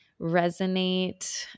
resonate